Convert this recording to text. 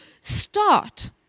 start